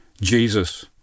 Jesus